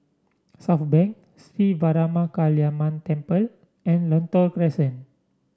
Southbank Sri Veeramakaliamman Temple and Lentor Crescent